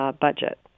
budget